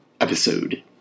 episode